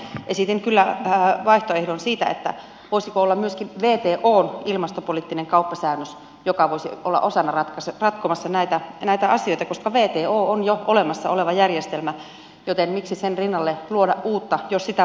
esitin kyllä vaihtoehdon että voisiko olla myöskin wton ilmastopoliittinen kauppasäännös joka voisi olla osana ratkomassa näitä asioita koska wto on jo olemassa oleva järjestelmä joten miksi sen rinnalle luoda uutta jos sitä voitaisiin käyttää